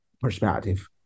perspective